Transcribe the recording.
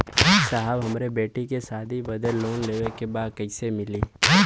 साहब हमरे बेटी के शादी बदे के लोन लेवे के बा कइसे मिलि?